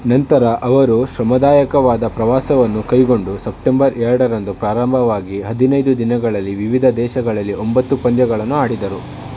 ನಂತರ ಅವರು ಶ್ರಮದಾಯಕವಾದ ಪ್ರವಾಸವನ್ನು ಕೈಗೊಂಡು ಸೆಪ್ಟೆಂಬರ್ ಎರಡರಂದು ಪ್ರಾರಂಭವಾಗಿ ಹದಿನೈದು ದಿನಗಳಲ್ಲಿ ವಿವಿಧ ದೇಶಗಳಲ್ಲಿ ಒಂಬತ್ತು ಪಂದ್ಯಗಳನ್ನು ಆಡಿದರು